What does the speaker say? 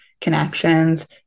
connections